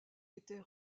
était